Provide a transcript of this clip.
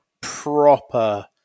proper